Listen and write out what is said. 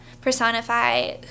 personify